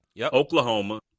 Oklahoma